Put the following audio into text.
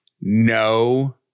no